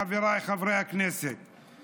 חבריי חברי הכנסת,